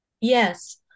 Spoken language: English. yes